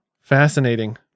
Fascinating